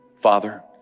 Father